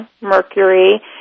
mercury